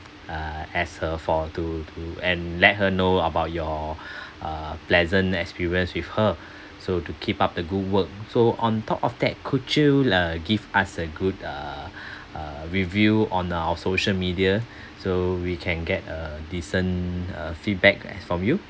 uh as her for to to and let her know about your uh pleasant experience with her so to keep up the good work so on top of that could you uh give us a good err uh review on our social media so we can get a decent uh feedback as from you